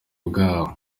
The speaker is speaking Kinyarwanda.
bwabo